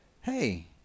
hey